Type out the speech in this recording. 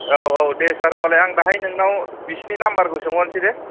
औ औ दे सार होमबालाय आं दाहाय नोंनाव बिसिनि नाम्बारखौ सोंहरनोसै दे